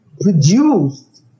produced